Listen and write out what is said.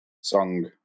song